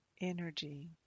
energy